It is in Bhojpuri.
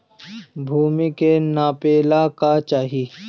भूमि के नापेला का चाही?